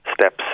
steps